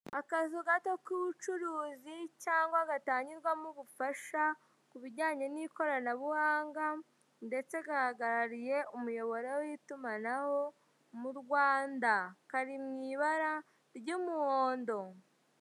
Akazu gato k'ubucuruzi cyangwa gatangirwamo ubufasha ku bijyanye n'ikoranabunga ndetse gahagarariye umuyoboro w'itumanaho mu Rwanda. Kari mu ibara ry'umuhondo.